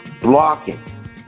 blocking